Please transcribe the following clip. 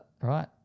right